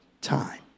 time